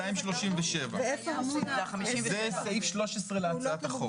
ואיפה --- זה סעיף (13) להצעת החוק.